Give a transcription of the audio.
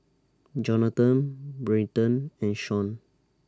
Johnathan Brenton and Shaun